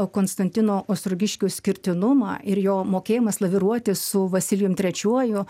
konstantino ostrogiškio išskirtinumą ir jo mokėjimas laviruoti su vasilijum trečiuoju